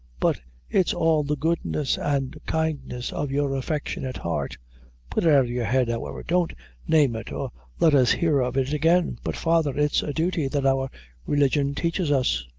but it's all the goodness and kindness of your affectionate heart put it out of your head, however don't name it, or let us hear of it again. but, father, it's a duty that our religion teaches us.